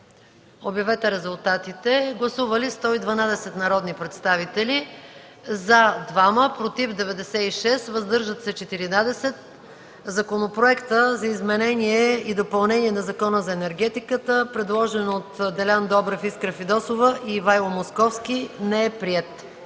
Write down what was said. на гласуване. Гласували 112 народни представители: за 2, против 96, въздържали се 14. Законопроектът за изменение и допълнение на Закона за енергетиката, предложен от Делян Добрев, Искра Фидосова и Ивайло Московски не е приет.